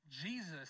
Jesus